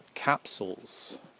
capsules